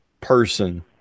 person